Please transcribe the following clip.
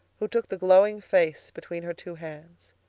who took the glowing face between her two hands.